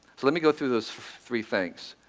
so let me go through those three things.